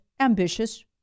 ambitious